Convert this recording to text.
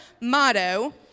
motto